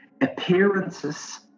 appearances